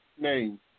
name